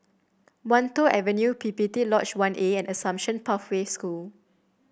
Wan Tho Avenue P P T Lodge One A and Assumption Pathway School